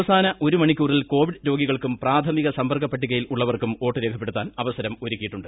അവസാന ഒരു മണിക്കൂറിൽ കോവിഡ് രോഗികൾക്കും പ്രാഥമിക സമ്പർക്കപട്ടികയിൽ ഉള്ളവർക്കും വോട്ട് രേഖപ്പെടുത്താൻ അവസരം ഒരുക്കിയിട്ടുണ്ട്